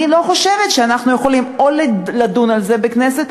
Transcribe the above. אני לא חושבת שאנחנו יכולים לדון על זה בכנסת,